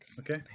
Okay